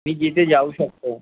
मी जिथे जाऊ शकतो